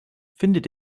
findet